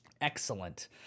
excellent